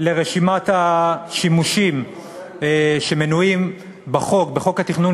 לרשימת השימושים שמנויים בחוק התכנון